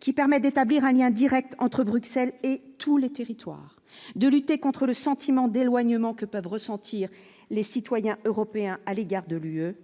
qui permet d'établir un lien Direct entre Bruxelles et tous les territoires de lutter contre le sentiment d'éloignement que peuvent ressentir les citoyens européens à l'égard de l'UE